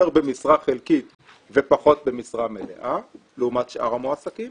במשרה חלקית ופחות במשרה מלאה לעומת שאר המועסקים